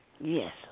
Yes